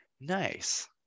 Nice